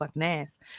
ass